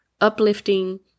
uplifting